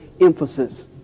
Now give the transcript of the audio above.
emphasis